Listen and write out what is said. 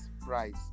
price